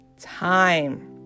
time